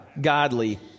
godly